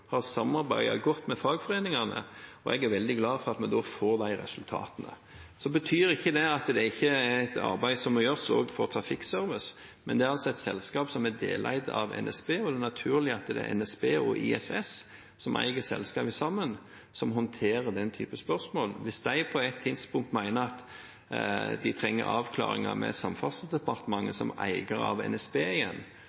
har samarbeidet godt med fagforeningene. Jeg er veldig glad for at vi da får de resultatene. Det betyr ikke at det ikke må gjøres et arbeid også for NSB Trafikkservice, men det er et selskap som er deleid av NSB, og det er naturlig at det er NSB og ISS – som eier selskapet sammen – som håndterer den type spørsmål. Hvis de på et tidspunkt mener de trenger avklaringer med Samferdselsdepartementet